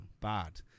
bad